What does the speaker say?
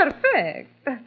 perfect